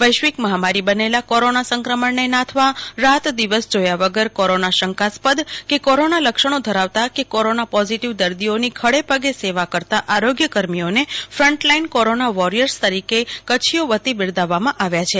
વૈશ્વિક મફામારી બનેલા કોરોના સંક્રમણને નાથવા રાત દિવસ જોયા વગર કોરોના શંકાસ્પદ કે કોરાના લક્ષણો ધરાવતા કે કોરોના પોઝીટીવ દર્દીઓની ખડેપગે સેવા કરતા આરોગ્ય કર્મીઓને ફન્ટલાઇન કોરોના વોરિયર્સ તરીકે કચ્છીઓ વતી બિરદાવવામાં આવ્યા છે